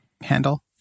handle